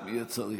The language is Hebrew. אם יהיה צריך.